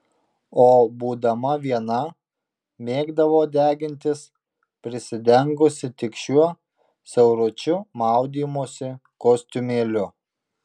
o būdama viena mėgdavo degintis prisidengusi tik šiuo siauručiu maudymosi kostiumėliu